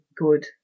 good